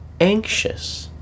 anxious